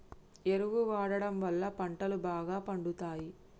ఎరువు వాడడం వళ్ళ పంటలు బాగా పండుతయి